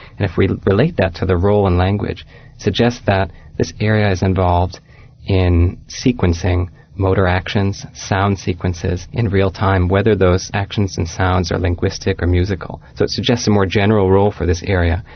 and if we relate that to the role in language it suggests that this area is involved in sequencing motor actions, sound sequences in real time, whether those actions and sounds are linguistic or musical. so it suggests a more general role for this area,